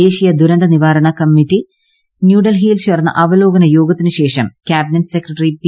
ദേശീയ ദുരന്ത നിവാരണ കമ്മിറ്റി ന്യൂഡൽഹിയിൽ ചേർന്ന അവലോകന യോഗത്തിനുശേഷം കാബിനറ്റ് സെക്രട്ടറി പി